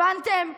הבנתם?